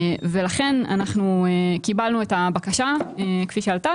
לכן אנחנו קיבלנו את הבקשה כפי שעלתה,